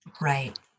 Right